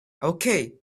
okay